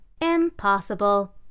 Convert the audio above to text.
Impossible